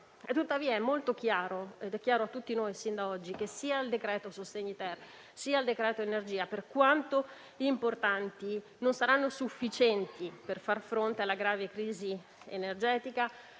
Tuttavia, è assai chiaro a tutti noi sin da oggi che sia il decreto sostegno-*ter*, che quello energia, per quanto importanti, non saranno sufficienti per far fronte alla grave crisi energetica